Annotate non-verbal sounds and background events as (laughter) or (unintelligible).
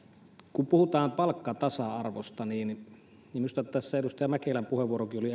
kun puhutaan palkkatasa arvosta niin minusta edustaja mäkelän puheenvuorokin oli (unintelligible)